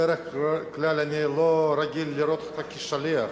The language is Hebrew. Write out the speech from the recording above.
בדרך כלל אני לא רגיל לראות אותך כשליח.